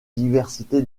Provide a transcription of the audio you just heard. diversité